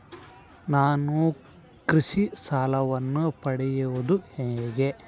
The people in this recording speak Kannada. ನಾನು ಕೃಷಿ ಸಾಲವನ್ನು ಪಡೆಯೋದು ಹೇಗೆ?